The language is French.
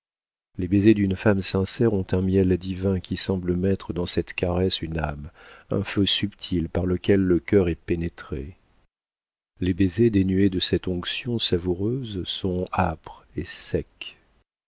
les baisers d'une femme sincère ont un miel divin qui semble mettre dans cette caresse une âme un feu subtil par lequel le cœur est pénétré les baisers dénués de cette onction savoureuse sont âpres et secs